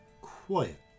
quiet